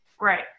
Right